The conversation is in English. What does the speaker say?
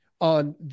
on